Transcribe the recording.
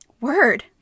Word